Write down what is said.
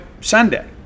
Sunday